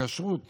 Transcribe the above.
כשרות